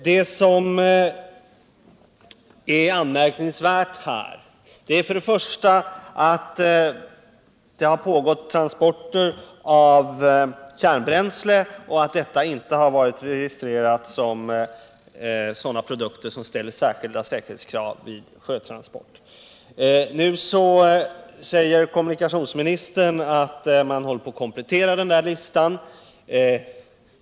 Det som är anmärkningsvärt härvidlag är först och främst att det har pågått transporter av kärnbränsle och att detta inte varit registrerat bland produkter på vilka särskilda säkerhetskrav ställs vid sjötransport. Nu säger kommunikationsministern att man håller på att komplettera listan över sådana miljöfarliga produkter.